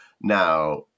now